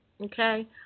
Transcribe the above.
Okay